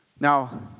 Now